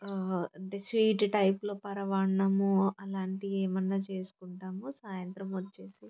అంటే స్వీట్ టైపులో పరమాన్నము అలాంటివి ఏమన్నా చేసుకుంటాము సాయంత్రం వచ్చి